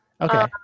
Okay